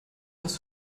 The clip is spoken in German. dass